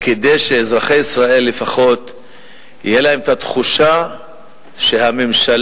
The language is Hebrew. כדי שאזרחי ישראל תהיה להם לפחות התחושה שהממשלה